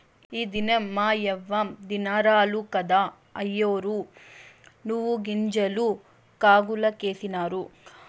ఈ దినం మాయవ్వ దినారాలు కదా, అయ్యోరు నువ్వుగింజలు కాగులకేసినారు